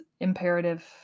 imperative